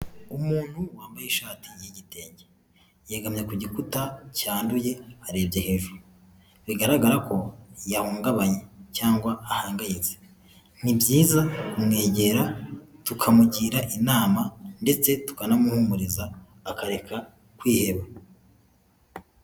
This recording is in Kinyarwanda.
Umuntu wambaye ishati y'igitenge yegamye ku gikuta cyanduye arebye hejuru bigaragara ko yahungabanye cyangwa ahangayitse ni byiza kumwegera tukamugira inama ndetse tukanamuhumuriza akareka kwiheba.